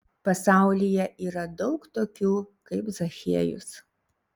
pasaulyje yra daug tokių kaip zachiejus